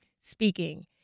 speaking